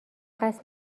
قصد